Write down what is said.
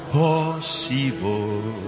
possible